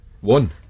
One